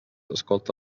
escolta